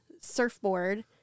surfboard